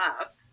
up